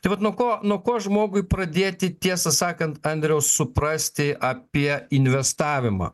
tai vat nuo ko nuo ko žmogui pradėti tiesą sakant andriau suprasti apie investavimą